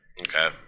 Okay